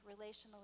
relationally